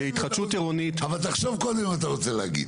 התחדשות עירונית --- אבל תחשוב קודם מה אתה רוצה להגיד.